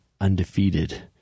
undefeated